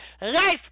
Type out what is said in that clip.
life